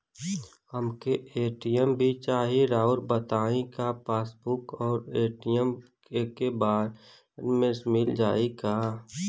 हमके ए.टी.एम भी चाही राउर बताई का पासबुक और ए.टी.एम एके बार में मील जाई का?